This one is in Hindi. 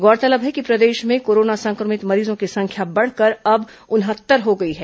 गौरतलब है कि प्रदेश में कोरोना संक्रमित मरीजों की संख्या बढ़कर अब उनहत्तर हो गई है